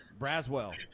Braswell